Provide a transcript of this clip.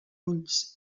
ulls